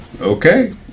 okay